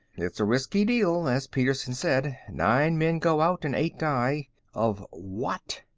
it's a risky deal, as petersen said. nine men go out, and eight die of what?